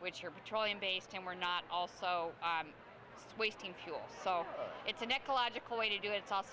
which are petroleum based and we're not also i'm just wasting fuel so it's an ecological way to do it it's al